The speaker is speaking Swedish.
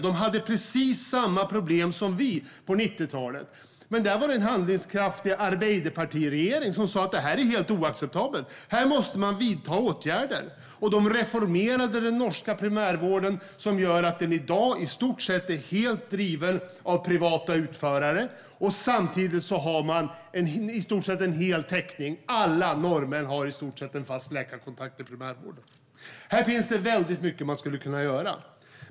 De hade precis samma problem som vi på 90-talet. Men där var det en handlingskraftig Arbeiderpartiregering som sa att detta var helt oacceptabelt. Här måste man vidta åtgärder. Den norska primärvården reformerades så att den i dag i stort sett drivs helt av privata utförare. Samtidigt har man i stort sett fullständig täckning - nästan alla norrmän har en fast läkarkontakt i primärvården. Här finns det väldigt mycket man skulle kunna göra.